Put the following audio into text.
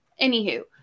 Anywho